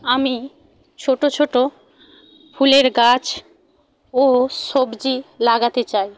আমি ছোট ছোট ফুলের গাছ ও সবজি লাগাতে চাই